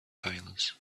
silence